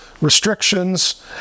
restrictions